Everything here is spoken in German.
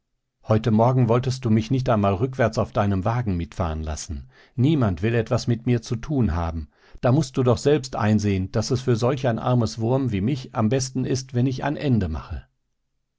heute morgen wolltest du mich nicht einmal rückwärts auf deinem wagen mitfahren lassen niemand will etwas mit mir zu tun haben da mußt du doch selbst einsehen daß es für solch ein armes wurm wie mich am besten ist wenn ich ein ende mache